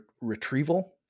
retrieval